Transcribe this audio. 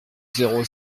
zéro